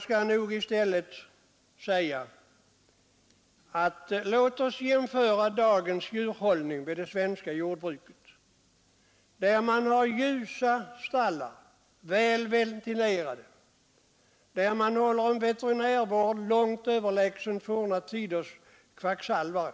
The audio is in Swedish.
Dagens stallar är ljusa och välventilerade, och det förekom Nr 106 mer en veterinärvård som är långt överlägsen forna tiders kvacksalveri.